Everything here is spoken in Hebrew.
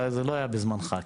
זה לא היה בזמנך,